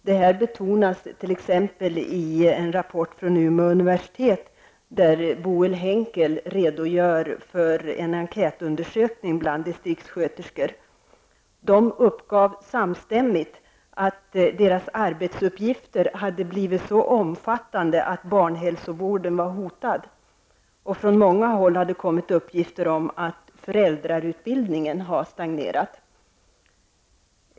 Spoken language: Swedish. Detta betonas t.ex. Henckel redogör för en enkätundersökning bland distriktsköterskor. De uppgav samstämmigt att deras arbetsuppgifter hade blivit så omfattande att barnhälsovården var hotad. Från många håll har det kommit uppgifter om att föräldrautbildningen har stagnerat.